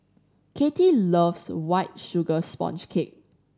Katie loves White Sugar Sponge Cake